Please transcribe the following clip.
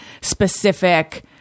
specific